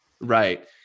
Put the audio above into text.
right